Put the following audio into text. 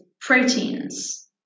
proteins